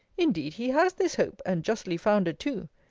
indeed, he has this hope and justly founded too.